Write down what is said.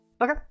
Okay